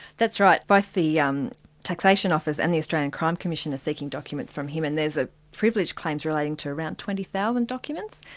that's right. both the um taxation office and the australian crime commission are seeking documents from him and there's ah privilege claims relating to around twenty thousand documents,